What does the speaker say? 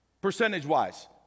Percentage-wise